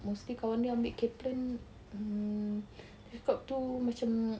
mostly kawan dia ambil Kaplan um dia cakap tu macam